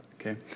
Okay